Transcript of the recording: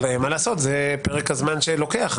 מה לעשות, זה פרק הזמן שלוקח.